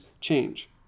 change